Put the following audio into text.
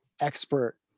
expert